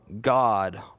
God